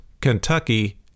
Kentucky